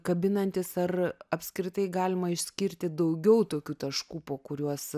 kabinantis ar apskritai galima išskirti daugiau tokių taškų po kuriuos